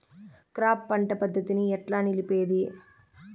Crop పంట పద్ధతిని ఎట్లా నిలిపేది?